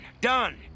done